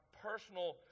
personal